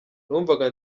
numvaga